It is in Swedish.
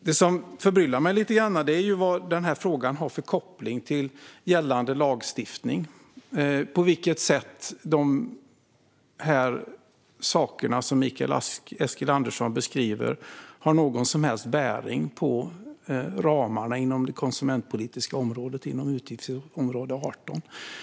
Det som förbryllar mig lite grann är vilken koppling denna fråga har till gällande lagstiftning och på vilket sätt de saker som Mikael Eskilandersson beskriver har någon som helst bäring på ramarna inom det konsumentpolitiska området inom utgiftsområde 18.